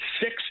six